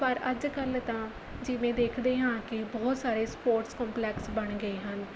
ਪਰ ਅੱਜ ਕੱਲ੍ਹ ਤਾਂ ਜਿਵੇਂ ਦੇਖਦੇ ਹਾਂ ਕਿ ਬਹੁਤ ਸਾਰੇ ਸਪੋਰਟਸ ਕੰਪਲੈਕਸ ਬਣ ਗਏ ਹਨ